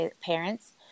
parents